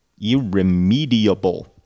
irremediable